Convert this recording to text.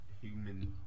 human